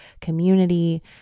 community